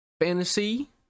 fantasy